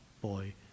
boy